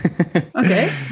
okay